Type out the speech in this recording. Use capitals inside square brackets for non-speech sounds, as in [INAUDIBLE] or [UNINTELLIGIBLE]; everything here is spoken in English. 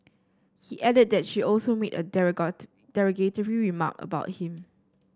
he added that she also made a [UNINTELLIGIBLE] derogatory remark about him